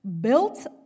built